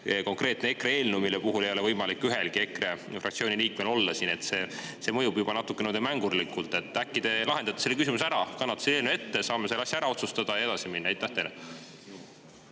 konkreetne EKRE eelnõu, mille puhul ei ole võimalik ühelgi EKRE fraktsiooni liikmel kohal olla. See mõjub juba natukene mängurlikult. Äkki te lahendate selle küsimuse ära, kannate eelnõu ette, saame selle asja ära otsustada ja edasi minna? Lugupeetud